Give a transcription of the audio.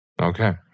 Okay